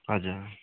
हजुर